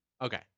Okay